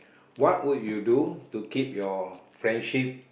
what would you do to keep your friendship